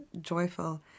joyful